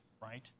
right